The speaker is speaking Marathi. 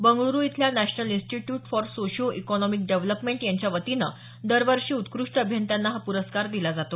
बंगळूरू इथल्या national institute for socio economic development यांच्यावतीनं दरवर्षी उत्कृष्ट अभियंत्यांना हा पुरस्कार दिला जातो